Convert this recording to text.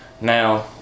Now